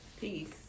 Peace